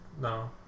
no